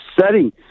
setting